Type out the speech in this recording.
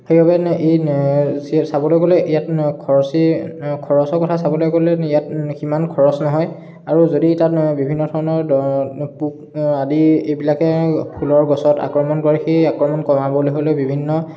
সেইবাবে চাবলৈ গ'লে ইয়াত খৰচী খৰচৰ কথা চাবলৈ গ'লে ইয়াত সিমান খৰচ নহয় আৰু যদি তাত বিভিন্ন ধৰণৰ পোক আদি এইবিলাকে ফুলৰ গছত আক্ৰমণ কৰে সেই আক্ৰমণ কমাবলৈ হ'লে বিভিন্ন